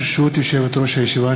ברשות יושבת-ראש הישיבה,